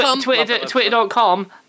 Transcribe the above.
Twitter.com